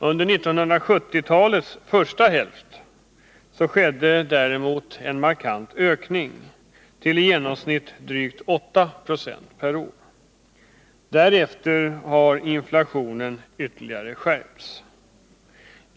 Under 1970-talets första hälft skedde däremot en markant ökning till i genomsnitt drygt 8 70 per år. Därefter har inflationen ytterligare skärpts.